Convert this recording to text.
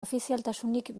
ofizialtasunik